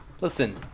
Listen